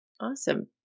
Awesome